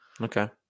Okay